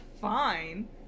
fine